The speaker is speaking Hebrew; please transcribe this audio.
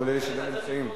מכל אלה שלא נמצאים.